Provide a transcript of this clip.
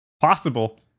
possible